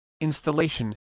installation